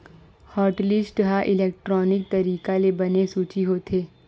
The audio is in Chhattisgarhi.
हॉटलिस्ट ह इलेक्टानिक तरीका ले बने सूची होथे